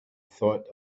thought